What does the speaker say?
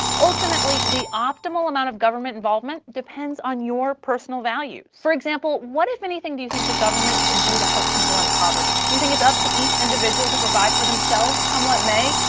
ultimately, the optimal amount of government involvement depends on your personal values. for example, what, if anything, do you think the government should do to help people in poverty? do you think it's up to each individual to provide for themselves, come what may,